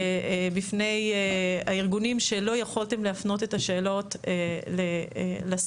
בפני הארגונים שלא יכולתם להפנות את השאלות לשר.